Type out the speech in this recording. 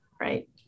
Right